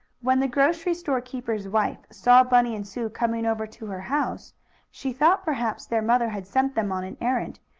when the grocery-store-keeper's wife saw bunny and sue coming over to her house she thought perhaps their mother had sent them on an errand,